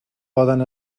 poden